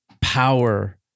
power